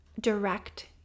direct